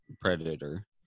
predator